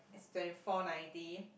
it's twenty four ninety